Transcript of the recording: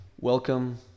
Welcome